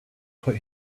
put